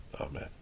Amen